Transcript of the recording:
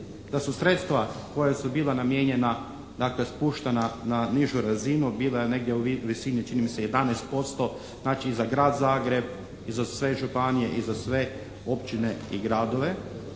da su sredstva koja su bila namijenjena, dakle, spuštena na nižu razinu bila negdje u visini, čini mi se, 11%. Znači i za Grad Zagreb i za sve županije i za sve općine i gradove.